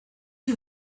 you